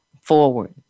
forward